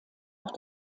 auch